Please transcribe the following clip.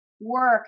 work